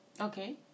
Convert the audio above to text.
Okay